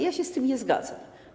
Ja się z tym nie zgadzam.